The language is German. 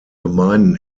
gemeinden